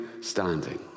standing